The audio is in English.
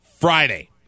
Friday